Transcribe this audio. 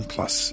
Plus